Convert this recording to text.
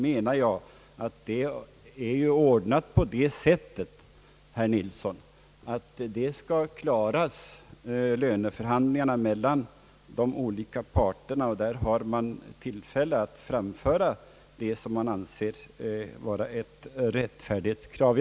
Ty jag anser, herr Nilsson, att löneförhandlingarna bör klaras av mellan de olika parterna och att man i det sammanhanget bör framföra allt som kan anses vara rättfärdighetskrav.